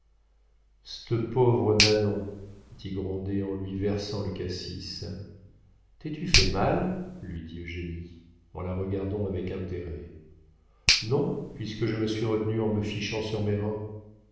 c'te pauvre nanon dit grandet en lui versant le cassis t'es-tu fait mal lui dit eugénie en la regardant avec intérêt non puisque je me suis retenue en me fichant sur mes reins